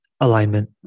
Alignment